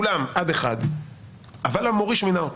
אבל המוריש בכל זאת מינה אותו.